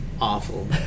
awful